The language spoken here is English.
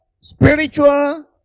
spiritual